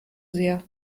sehr